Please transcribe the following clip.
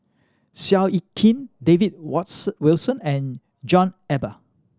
Seow Yit Kin David Wilson and John Eber